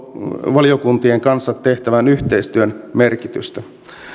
valiokuntien kanssa tehtävän yhteistyön merkitystä